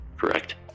correct